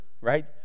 Right